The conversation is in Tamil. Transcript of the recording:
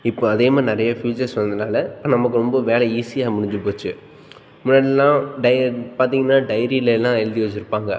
இப்போ அதே மாதிரி நிறைய ஃப்யூச்சர்ஸ் வந்ததுனால் நமக்கு ரொம்ப வேலை ஈஸியாக முடிஞ்சு போச்சு முன்னாடியெல்லாம் டைய பார்த்தீங்கன்னா டைரியில் எல்லாம் எழுதி வெச்சுருப்பாங்க